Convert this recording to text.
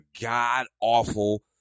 god-awful